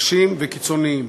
קשים וקיצוניים.